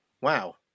wow